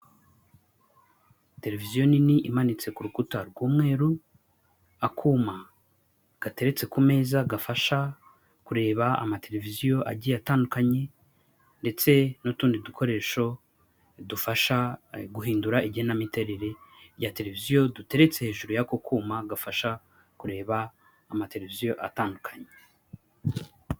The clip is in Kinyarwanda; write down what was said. Televiziyo nini imanitse ku rukuta rw'umweru, akuma gateretse ku meza gafasha kureba amateleviziyo agiye atandukanye, ndetse n'utundi dukoresho dufasha guhindura igenamiterere ya televiziyo, duteretse hejuru y'ako kuma gafasha kureba amateleviziyo atandukanye.